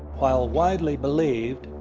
while widely believed,